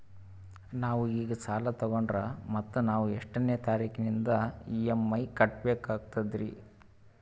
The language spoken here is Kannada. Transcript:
ನಾವು ಈಗ ಸಾಲ ತೊಗೊಂಡ್ರ ಮತ್ತ ನಾವು ಎಷ್ಟನೆ ತಾರೀಖಿಲಿಂದ ಇ.ಎಂ.ಐ ಕಟ್ಬಕಾಗ್ತದ್ರೀ?